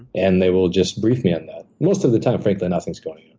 and they will just brief me on that. most of the time, frankly, nothing's going on.